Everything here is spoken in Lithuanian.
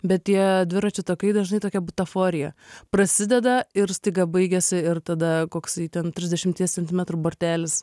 bet tie dviračių takai dažnai tokia butaforija prasideda ir staiga baigiasi ir tada koksai ten trisdešimties centimetrų bortelis